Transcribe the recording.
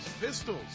pistols